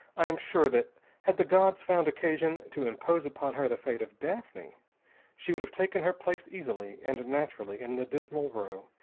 i am sure that had the gods found occasion to impose upon her the fate of daphne she would have taken her place easily and naturally in the dismal row,